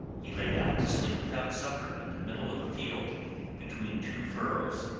he lay down to sleep without supper, in the middle of a field between two furrows.